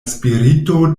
spirito